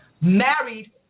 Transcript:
married